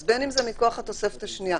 אז בין אם זה מכוח התוספת השנייה